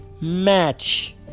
match